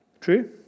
True